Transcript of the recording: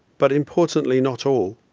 but importantly not all,